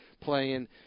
playing